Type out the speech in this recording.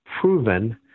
proven